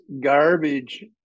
garbage